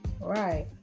Right